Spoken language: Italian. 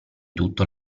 tutto